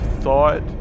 thought